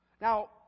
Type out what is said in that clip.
Now